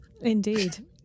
Indeed